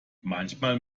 manchmal